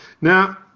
Now